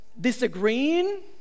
disagreeing